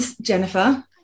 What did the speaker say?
jennifer